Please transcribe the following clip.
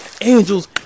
angels